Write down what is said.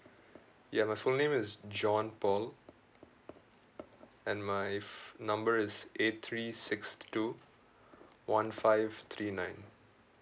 ya my full name is john paul and my ph~ number is eight three six two one five three nine